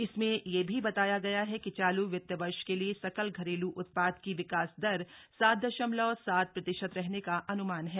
इसमें यह भी बताया गया है कि चालू वित्त वर्ष के लिए सकल घरेलू उत्पाद की विकास दर सात दशमलव सात प्रतिशत रहने का अन्मान है